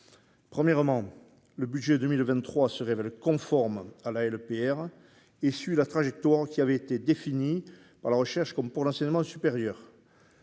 Premièrement, le budget pour 2023 se révèle conforme à la LPR et suit la trajectoire qui avait été définie, pour la recherche comme pour l'enseignement supérieur.